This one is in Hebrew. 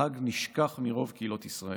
החג נשכח מרוב קהילות ישראל,